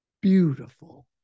beautiful